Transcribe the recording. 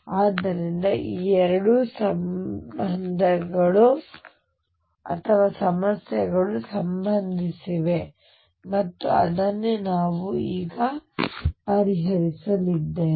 ಆದ್ದರಿಂದ ಈ ಎರಡು ಸಮಸ್ಯೆಗಳು ಸಂಬಂಧಿಸಿವೆ ಮತ್ತು ಅದನ್ನೇ ನಾವು ಈಗ ಪರಿಹರಿಸಲಿದ್ದೇವೆ